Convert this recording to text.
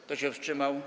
Kto się wstrzymał?